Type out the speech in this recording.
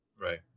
Right